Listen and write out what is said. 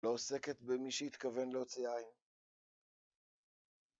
‫לא עוסקת במי שהתכוון להוציא עין.